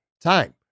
time